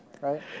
right